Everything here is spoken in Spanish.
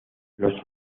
los